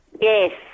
Yes